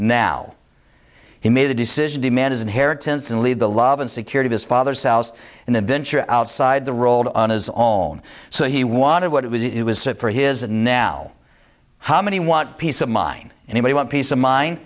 now he made the decision to man his inheritance and leave the lawin secure to his father's house and then venture outside the rolled on his own so he wanted what it was it was set for his now how many want peace of mind anybody want peace of mind